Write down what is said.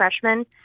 freshman